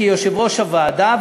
כיושב-ראש הוועדה,